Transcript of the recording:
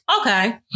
Okay